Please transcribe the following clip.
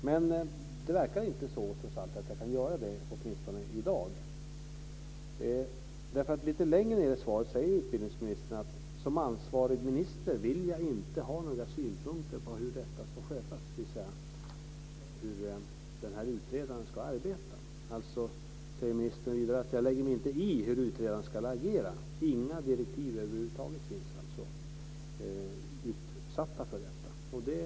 Men det verkar trots allt inte som jag kan göra det, åtminstone inte i dag, därför att lite längre ned i svaret säger utbildningsministern att han som ansvarig minister inte vill ha några synpunkter på hur detta ska skötas, dvs. hur utredaren ska arbeta. Ministern säger vidare: Jag lägger mig inte i hur utredaren ska agera. Inga direktiv över huvud taget finns alltså givna för detta.